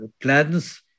plans